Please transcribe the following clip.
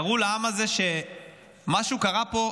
ויראו לעם הזה שמשהו קרה פה,